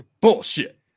Bullshit